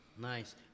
Nice